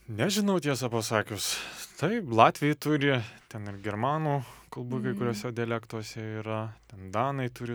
nežinau tiesą pasakius taip latviai turi ten ir germanų kalbų kai kuriuose dialektuose yra ten danai turi